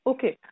Okay